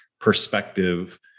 perspective